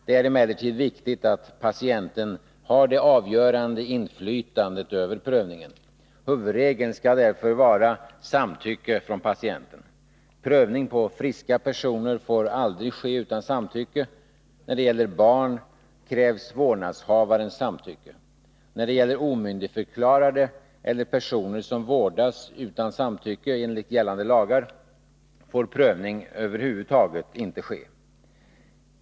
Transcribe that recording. Det är emellertid viktigt att patienten har det avgörande inflytandet över prövningen. Huvudregeln skall därför vara samtycke från patienten. Prövning på friska personer får aldrig ske utan samtycke. För barn krävs vårdnadshavarens samtycke, och för omyndigförklarade eller personer som vårdas utan samtycke enligt gällande lagar får prövning över huvud taget inte ske.